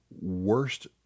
worst